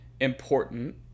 important